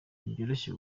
ntibyoroshye